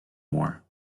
more